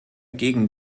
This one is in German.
gegen